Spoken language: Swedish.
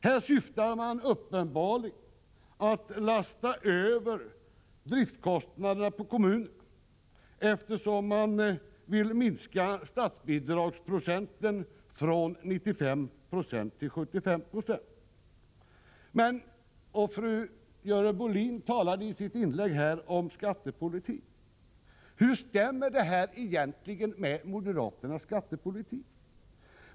Här syftar man uppenbarligen till att lasta över driftskostnaderna på kommunerna, eftersom man vill minska statsbidragsprocenten från 95 2 till 75 96. Fru Görel Bohlin talade i sitt inlägg om skattepolitik. Hur stämmer det här egentligen med moderaternas skattepolitik?